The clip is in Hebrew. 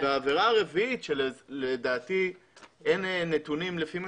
והעבירה הרביעית שלדעתי אין נתונים לפי מה